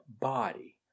body